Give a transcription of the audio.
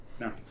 No